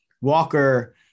Walker